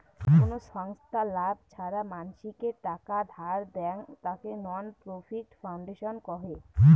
কোন ছংস্থা লাভ ছাড়া মানসিকে টাকা ধার দেয়ং, তাকে নন প্রফিট ফাউন্ডেশন কহে